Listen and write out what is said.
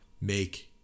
make